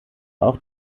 auch